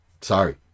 sorry